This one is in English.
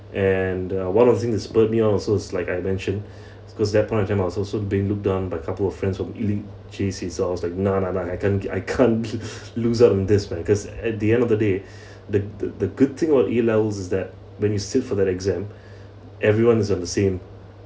and uh one of them that spur me on also is like I mention because in that point of time I was also being looked down by a couple of friends from elite J_Cs I was like nah nah nah I can't I can't lose out on this because at the end of the day the the the good thing about A levels is that when you sit for the exam everyone is on the same